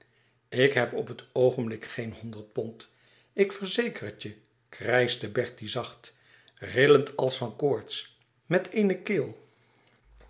ik heb op het oogenblik geen honderd pond ik verzeker het je krijschte bertie zacht rillend als van koorts met eene keel